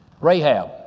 Rahab